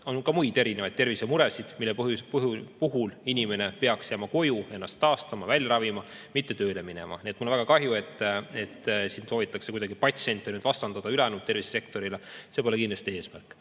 on ka muid tervisemuresid, mille puhul inimene peaks jääma koju ennast taastama, [haiguse] välja ravima, mitte tööle minema. Nii et mul on väga kahju, et siin soovitakse kuidagi patsiente vastandada ülejäänud tervisesektorile. See pole kindlasti eesmärk.